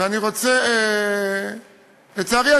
לצערי,